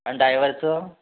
आणि डायवरचं